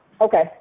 Okay